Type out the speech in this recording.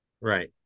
Right